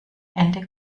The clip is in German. ende